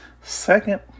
Second